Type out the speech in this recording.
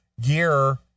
gear